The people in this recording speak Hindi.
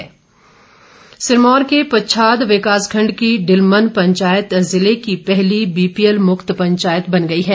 बीपीएल मुक्त सिरमौर के पच्छाद विकास खंड की डिलमन पंचायत जिले की पहली बीपीएल मुक्त पंचायत बन गई है